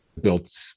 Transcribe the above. built